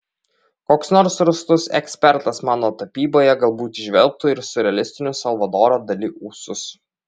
koks nors rūstus ekspertas mano tapyboje galbūt įžvelgtų ir siurrealistinius salvadoro dali ūsus